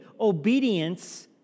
obedience